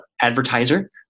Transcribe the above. advertiser